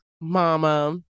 Mama